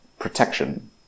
protection